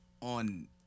On